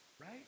right